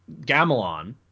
Gamelon